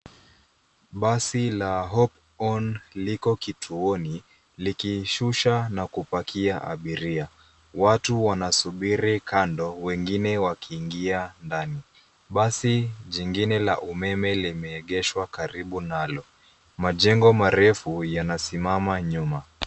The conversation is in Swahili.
Basi la hophorn liko kituoni, likishusha na kupakia abiria. Watu wanasubiria kando, wengine wakiingia ndani. Basi jingine la umeme limeegeshwa karibu nalo. Majengo marefu yanasimama nyuma.